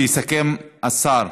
ויסכם השר,